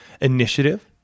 initiative